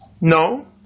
No